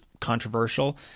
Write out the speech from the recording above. controversial